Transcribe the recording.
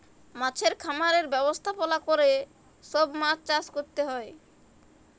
মাছের খামারের ব্যবস্থাপলা ক্যরে সব মাছ চাষ ক্যরতে হ্যয়